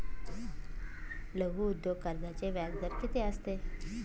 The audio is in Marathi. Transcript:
लघु उद्योग कर्जाचे व्याजदर किती असते?